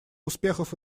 успехов